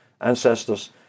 ancestors